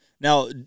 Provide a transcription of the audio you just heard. Now